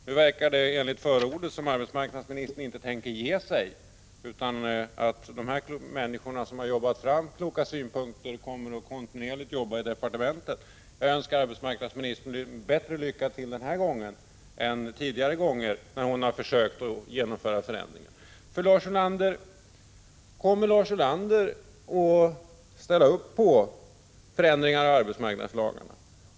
Nu verkar det enligt förordet som om arbetsmarknadsministern inte tänker ge sig, utan att de människor som har arbetat fram kloka synpunkter kommer att arbeta kontinuerligt i departementet. Jag önskar arbetsmarknadsministern bättre tur den här gången än tidigare gånger när hon har försökt genomföra förändringar. Kommer Lars Ulander att ställa upp på förändringar av arbetsmarknadslagarna?